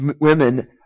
women